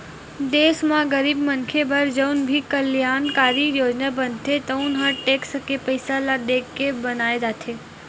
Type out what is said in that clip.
देस म गरीब मनखे बर जउन भी कल्यानकारी योजना बनथे तउन ह टेक्स के पइसा ल देखके बनाए जाथे